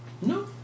No